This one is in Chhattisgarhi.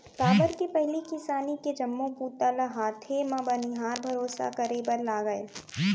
काबर के पहिली किसानी के जम्मो बूता ल हाथे म बनिहार भरोसा करे बर लागय